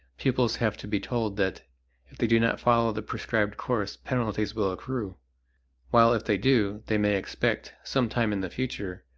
pupils have to be told that if they do not follow the prescribed course penalties will accrue while if they do, they may expect, some time in the future,